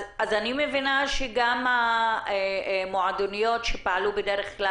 אז אני מבינה שגם המועדוניות שבדרך-כלל